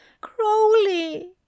Crowley